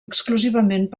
exclusivament